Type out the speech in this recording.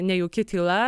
nejauki tyla